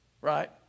Right